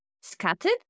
scattered